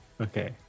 Okay